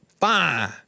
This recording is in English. fine